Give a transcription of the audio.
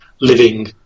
living